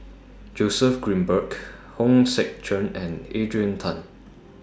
Joseph Grimberg Hong Sek Chern and Adrian Tan